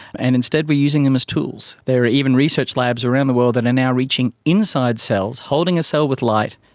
and instead we are using them as tools. there are even research labs around the world that are now reaching inside cells, holding a cell with light,